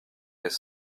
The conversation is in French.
des